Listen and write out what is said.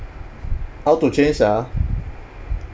how to change sia